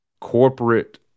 Corporate